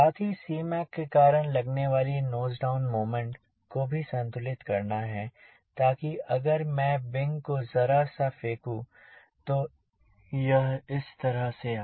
साथ ही Cmac के कारण लगने वाली नोज डाउन मोमेंट को भी संतुलित करना है ताकि अगर मैं विंग को जरा सा फेकू तो यह इस तरह से आए